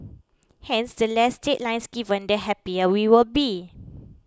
hence the less deadlines given the happier we will be